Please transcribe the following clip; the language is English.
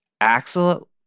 Axel